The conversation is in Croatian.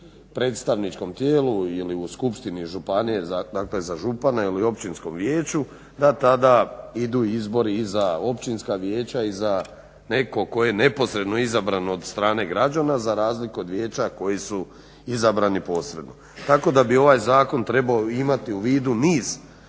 predstavničkom tijelu ili u skupštini županije, dakle za župana ili općinskom vijeću da tada idu izbori i za općinska vijeća i za nekog tko je neposredno izabran od strane građana za razliku od vijeća koji su izabrani posredno. Tako da bi ovaj zakon trebao imati u vidu niz